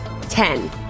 ten